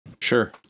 Sure